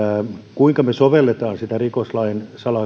kuinka me sovellamme rikoslaissa